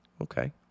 Okay